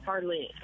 Hardly